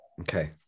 Okay